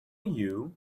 you